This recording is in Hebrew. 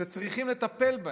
שצריכים לטפל בהם.